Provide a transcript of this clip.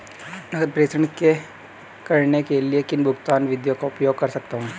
नकद प्रेषण करने के लिए मैं किन भुगतान विधियों का उपयोग कर सकता हूँ?